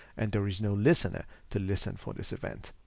and there is no listener to listen for this event.